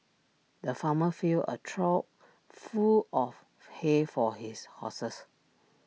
the farmer filled A trough full of hay for his horses